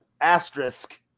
asterisk